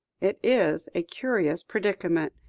it is a curious predicament.